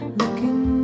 looking